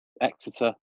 Exeter